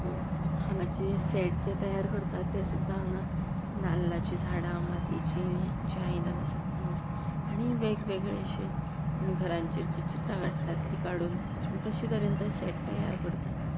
हांगाच सेट जे तयार करता तें सुद्दा हांगा नाल्लाचीं झाडां मातयेचीं जी आयदन आसा तीं आनी वेगवेगळे अशे घरांचेर जीं चित्रां काडटात तीं काडून तशे तरेन ते सेट तयार करता